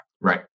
Right